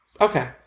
Okay